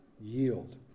yield